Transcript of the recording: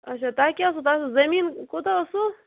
اچھا تۄہہِ کیٛاہ اوسوٕ تۄہہِ اوسوٕ زمیٖن کوٗتاہ اوسوٕ